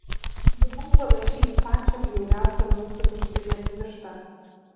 buvau panaši į pačią bjauriausią mūsų vištidės vištą